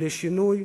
שינוי